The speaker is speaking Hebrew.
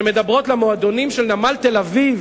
שמדברות למועדונים של נמל תל-אביב,